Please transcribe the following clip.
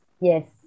yes